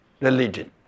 religion